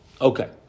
Okay